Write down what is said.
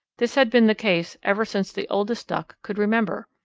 this had been the case ever since the oldest duck could remember.